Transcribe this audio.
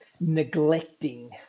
neglecting